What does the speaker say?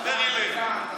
דבר אליהם,